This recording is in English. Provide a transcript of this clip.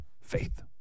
faith